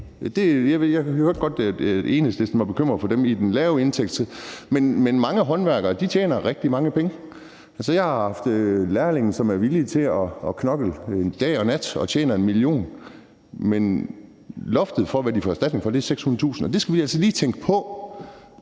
Jeg hørte godt, at Enhedslisten var bekymret for dem med de lave indtægter, men mange håndværkere tjener rigtig mange penge. Altså, jeg har haft lærlinge, som var villige til at knokle dag og nat, og som tjener 1 mio. kr. Men loftet for, hvad de får erstatning for, er 600.000 kr., og det skal vi altså lige tænke på,